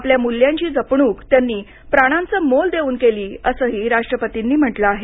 आपल्या मूल्यांची जपणूक त्यांनी प्राणांचं मोल देऊन केली असंही राष्ट्रपतींनी म्हटलं आहे